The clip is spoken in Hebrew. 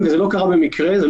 הפנייה לא אליך אלא למשרד